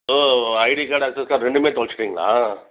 ஓ ID card access card ரெண்டுமே தொலைச்சுட்டிங்களா